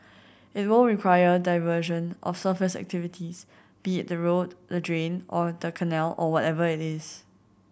it will require diversion of surface activities be it the road the drain or the canal or whatever it is